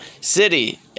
city